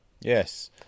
Yes